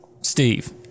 Steve